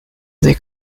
they